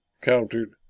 countered